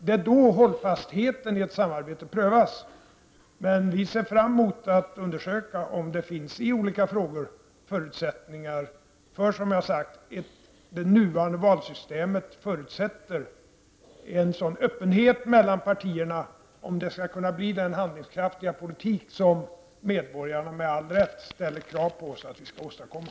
Det är då hållbarheten i ett samarbete prövas. Vi ser fram emot att undersöka om det i olika frågor finns förutsättningar, så som det nuvarande valsystemet kräver, för en öppenhet mellan partierna så att man skall kunna föra den handlingskraftiga politik som medborgarna med all rätt ställer krav på att vi skall åstadkomma.